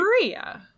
Maria